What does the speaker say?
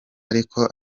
ariko